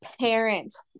parents